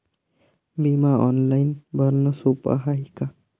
बिमा ऑनलाईन भरनं सोप हाय का?